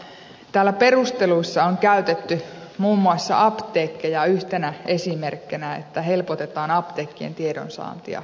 täällä perusteluissa on käytetty muun muassa apteekkeja yhtenä esimerkkinä että helpotetaan apteekkien tiedonsaantia